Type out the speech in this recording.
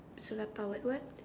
solar powered what